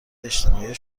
اجتماعی